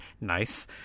Nice